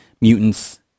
mutants